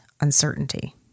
uncertainty